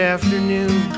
afternoon